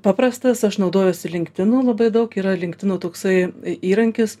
paprastas aš naudojuosi linktinu labai daug yra inktino toksai įrankis